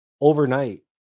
overnight